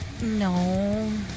No